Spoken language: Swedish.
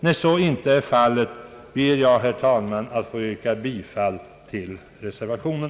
När så inte är fallet ber jag, herr talman, att få yrka bifall till reservationen.